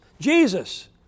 Jesus